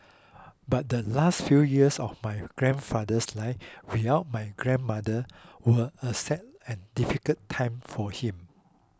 but the last few years of my grandfather's life without my grandmother were a sad and difficult time for him